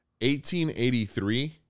1883